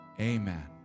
Amen